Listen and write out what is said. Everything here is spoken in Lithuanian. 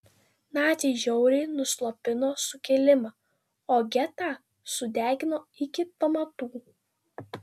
naciai žiauriai nuslopino sukilimą o getą sudegino iki pamatų